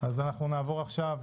אז אנחנו נעבור עכשיו,